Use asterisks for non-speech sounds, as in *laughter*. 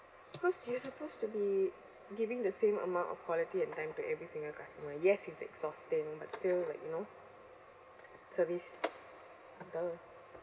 cause you're supposed to be giving the same amount of quality and time to every single customer yes it's exhausting but still like you know service *noise* !duh!